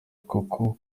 kuko